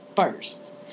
first